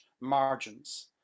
margins